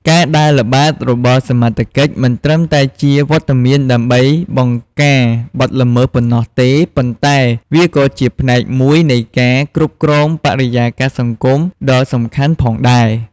ការដើរល្បាតរបស់សមត្ថកិច្ច មិនត្រឹមតែជាវត្តមានដើម្បីបង្ការបទល្មើសប៉ុណ្ណោះទេ ប៉ុន្តែវាក៏ជាផ្នែកមួយនៃការគ្រប់គ្រងបរិយាកាសសង្គមដ៏សំខាន់ផងដែរ។